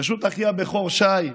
ברשות אחי הבכור שי,